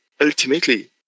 ultimately